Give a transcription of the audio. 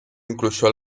incluyó